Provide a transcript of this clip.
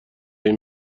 این